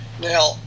now